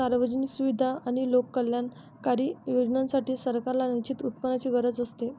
सार्वजनिक सुविधा आणि लोककल्याणकारी योजनांसाठी, सरकारांना निश्चित उत्पन्नाची गरज असते